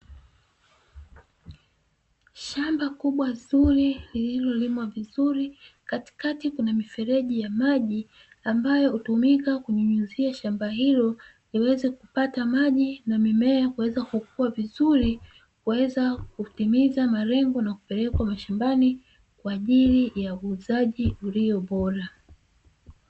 Shamba kubwa zuri lililolimwa vizuri, katikati kuna mifereji ya maji ambayo hutumika kunyunyuzia shamba hilo, liweze kupata maji na mimea kuweze kukua vizuri, kuweza kutimiza malenge na kupelekwa shambani kwaajili ya uuzaji ulio bora.